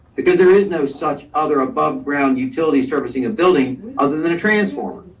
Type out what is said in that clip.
because there is no such other above ground utilities servicing a building other than a transformer.